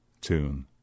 tune